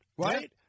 Right